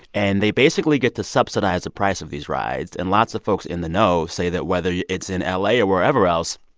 and they basically get to subsidize the price of these rides. and lots of folks in the know say that whether yeah it's in la yeah or wherever else,